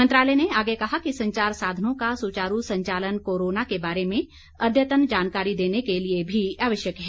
मंत्रालय ने आगे कहा कि संचार साधनों का सुचारू संचालन कोरोना के बारे में अद्यतन जानकारी देने के लिए भी आवश्यक है